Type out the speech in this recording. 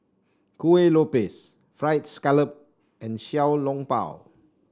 Kueh Lopes fried scallop and Xiao Long Bao